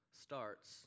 starts